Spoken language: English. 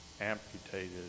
amputated